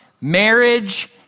marriage